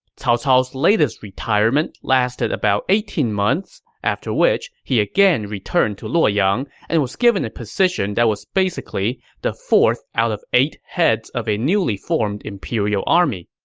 cao cao's latest retirement lasted about eighteen months, after which he again returned to luoyang and was given a position that was basically the fourth out of eight heads of a newly formed imperial army.